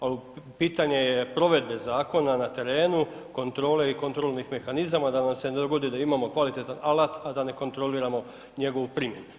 Al pitanje je provedbe zakona na terenu, kontrole i kontrolnih mehanizama da nam se ne dogodi da imamo kvalitetan alat, a da ne kontroliramo njegovu primjetnu.